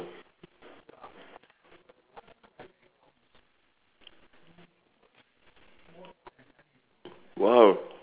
!wow!